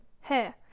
Here